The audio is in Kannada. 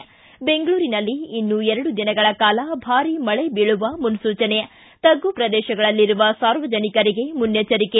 ್ಲಿ ಬೆಂಗಳೂರಿನಲ್ಲಿ ಇನ್ನೂ ಎರಡು ದಿನಗಳ ಕಾಲ ಭಾರೀ ಮಳೆ ಬೀಳುವ ಮನ್ನೂಚನೆ ತಗ್ಗು ಪ್ರದೇಶಗಳಲ್ಲಿರುವ ಸಾರ್ವಜನಿಕರಿಗೆ ಮುನ್ನೆಚರಿಕೆ